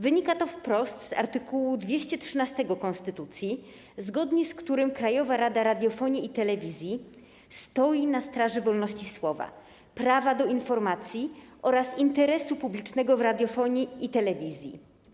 Wynika to wprost z art. 213 konstytucji, zgodnie z którym Krajowa Rada Radiofonii i Telewizji stoi na straży wolności słowa, prawa do informacji oraz interesu publicznego w radiofonii i telewizji.